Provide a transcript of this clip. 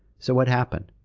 so what happened?